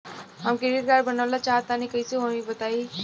हम credit card बनवावल चाह तनि कइसे होई तनि बताई?